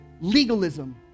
legalism